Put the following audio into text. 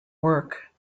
work